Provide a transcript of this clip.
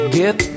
get